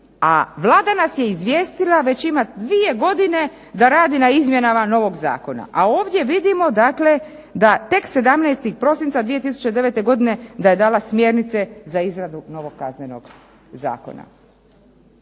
a Vlada nas je izvijestila već ima dvije godine da radi na izmjenama novog zakona, a ovdje vidimo dakle da tek 17. prosinca 2009. godine da je dala smjernice za izradu novog Kaznenog zakona.